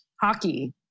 hockey